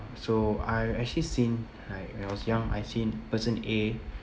so I've actually seen like when I was young I've seen person a